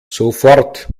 sofort